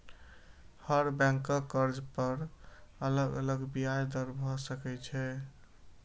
हर बैंकक कर्ज पर अलग अलग ब्याज दर भए सकै छै